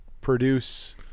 produce